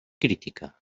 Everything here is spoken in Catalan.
crítica